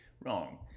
Wrong